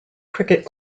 cricket